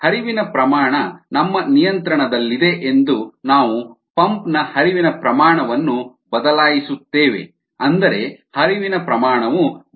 ಹರಿವಿನ ಪ್ರಮಾಣ ನಮ್ಮ ನಿಯಂತ್ರಣದಲ್ಲಿದೆ ನಾವು ಪಂಪ್ ನ ಹರಿವಿನ ಪ್ರಮಾಣವನ್ನು ಬದಲಾಯಿಸುತ್ತೇವೆ ಅಂದರೆ ಹರಿವಿನ ಪ್ರಮಾಣವು ಬದಲಾಗುತ್ತದೆ